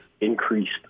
increased